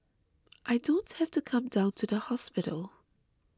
I don't have to come down to the hospital